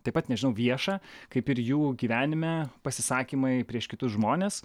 taip pat nežinau vieša kaip ir jų gyvenime pasisakymai prieš kitus žmones